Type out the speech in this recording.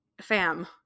fam